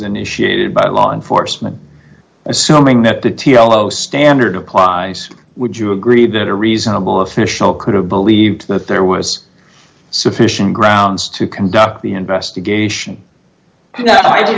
initiated by law enforcement assuming that the t l o standard of clients would you agree that a reasonable official could have believed that there was sufficient grounds to conduct the investigation and i d